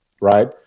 Right